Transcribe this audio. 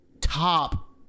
top